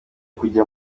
kujya